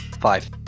Five